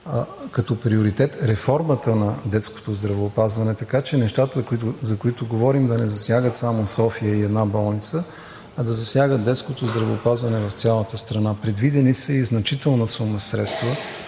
като приоритет реформата на детското здравеопазване, така че нещата, за които говорим, да не засягат само София и една болница, а да засягат детското здравеопазване в цялата страна. Предвидени са и значителна сума средства